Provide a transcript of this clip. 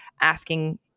asking